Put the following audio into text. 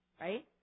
right